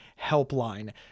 Helpline